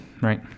right